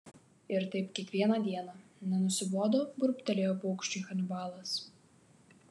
ir taip kiekvieną dieną nenusibodo burbtelėjo paukščiui hanibalas